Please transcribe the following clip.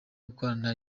gukorana